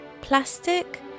Plastic